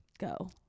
go